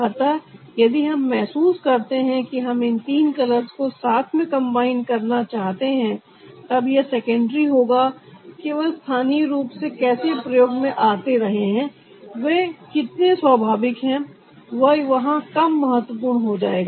अतः यदि हम महसूस करते हैं कि हम इन तीन कलर्स को साथ में कंबाइन करना चाहते हैं तब यह सेकेंडरी होगा कि वह स्थानीय रूप से कैसे प्रयोग में आते रहे हैं वे कितने स्वाभाविक हैं यह वहां कम महत्वपूर्ण हो जाएगा